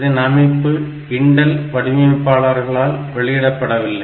இதன் அமைப்பு இன்டல் வடிவமைப்பாளர்களால் வெளியிடப்படவில்லை